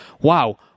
Wow